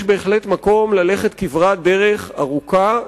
יש מקום ללכת כברת דרך ארוכה,